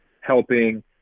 helping